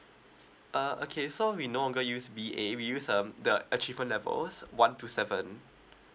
uh okay so we no longer use B_A we use um the achievement levels one to seven